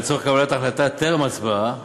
לצורך קבלת החלטה טרם הצבעה,